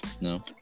No